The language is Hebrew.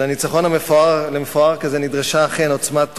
אבל לניצחון מפואר כזה נדרשו אכן עוצמת רוח,